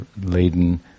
laden